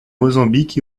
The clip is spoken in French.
mozambique